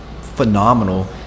phenomenal